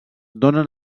donen